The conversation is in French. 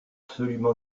absolument